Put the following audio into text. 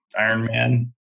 Ironman